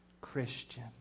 christian